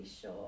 sure